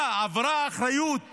מה, עברה האחריות